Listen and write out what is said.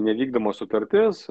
nevykdoma sutartis